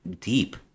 deep